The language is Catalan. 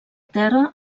terra